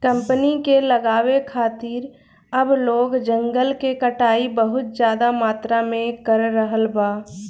company के लगावे खातिर अब लोग जंगल के कटाई बहुत ज्यादा मात्रा में कर रहल बा